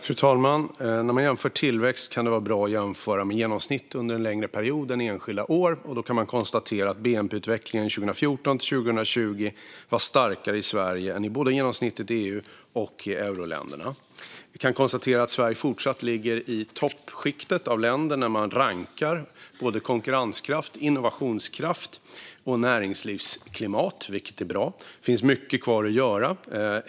Fru talman! När man jämför tillväxt kan det vara bra att jämföra med genomsnitt under en längre period snarare än enskilda år. Då kan man konstatera att bnp-utvecklingen 2014 till 2020 var starkare i Sverige än genomsnittet i både EU och euroländerna. Vi kan konstatera att Sverige fortsatt ligger i toppskiktet av länder när man rankar konkurrenskraft, innovationskraft och näringslivsklimat, vilket är bra. Men det finns mycket kvar att göra.